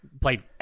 played